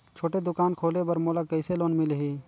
छोटे दुकान खोले बर मोला कइसे लोन मिलही?